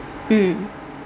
mm